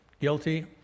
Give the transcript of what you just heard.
guilty